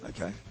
Okay